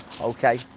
Okay